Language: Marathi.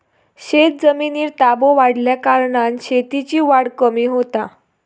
शेतजमिनीर ताबो वाढल्याकारणान शेतीची वाढ कमी होता